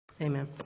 Amen